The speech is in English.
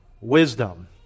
wisdom